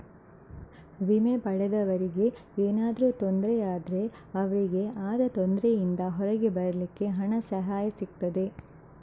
ವಿಮೆ ಪಡೆದವರಿಗೆ ಏನಾದ್ರೂ ತೊಂದ್ರೆ ಆದ್ರೆ ಅವ್ರಿಗೆ ಆದ ತೊಂದ್ರೆಯಿಂದ ಹೊರಗೆ ಬರ್ಲಿಕ್ಕೆ ಹಣದ ಸಹಾಯ ಸಿಗ್ತದೆ